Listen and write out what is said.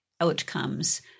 outcomes